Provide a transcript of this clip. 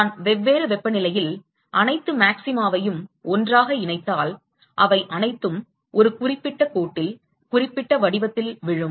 நான் வெவ்வேறு வெப்பநிலையில் அனைத்து மாக்சிமாவையும் ஒன்றாக இணைத்தால் அவை அனைத்தும் ஒரு குறிப்பிட்ட கோட்டில் குறிப்பிட்ட வடிவத்தில் விழும்